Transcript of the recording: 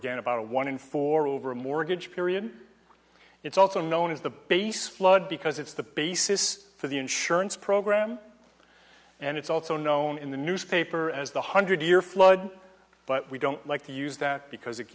again about a one in four over a mortgage period it's also known as the base flood because it's the basis for the insurance program and it's also known in the newspaper as the hundred year flood but we don't like to use that because it